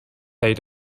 they